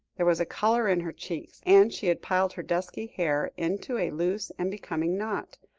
there was a colour in her cheeks, and she had piled her dusky hair into a loose and becoming knot,